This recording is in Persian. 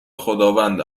خداوند